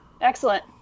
Excellent